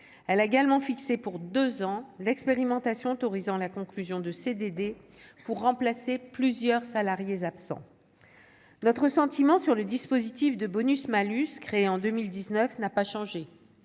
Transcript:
elle a également fixé pour 2 ans l'expérimentation autorisant la conclusion de CDD pour remplacer plusieurs salariés absents notre sentiment sur le dispositif de bonus-malus, créé en 2019 n'a pas changé,